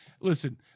Listen